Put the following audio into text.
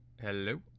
Hello